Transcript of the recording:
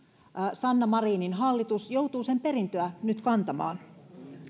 sanna marinin hallitus joutuu nyt kantamaan